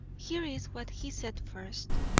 here is what he said first